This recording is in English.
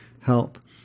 help